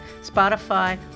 Spotify